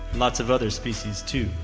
lots of other species too.